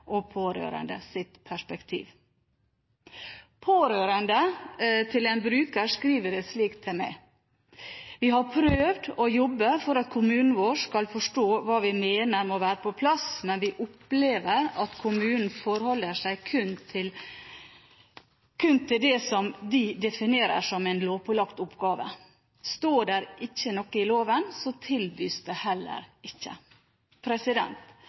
slik til meg: «Vi har prøvd å jobbe for at kommunen vår skal forstå hva vi mener med å være på plass, men vi opplever at kommunen forholder seg kun til det som de definerer som en lovpålagt oppgave. Står der ikke noe i loven, så tilbys det heller ikke.»